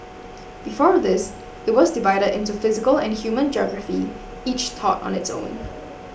before this it was divided into physical and human geography each taught on its own